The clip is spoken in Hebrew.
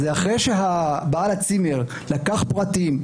אחרי שבעל הצימר לקח פרטים,